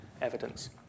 evidence